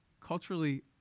culturally